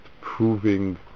proving